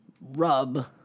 rub